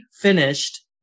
finished